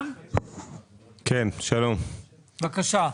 החינוך, בבקשה.